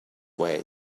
way